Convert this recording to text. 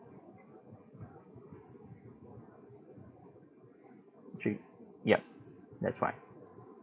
three ya that's right